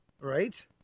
Right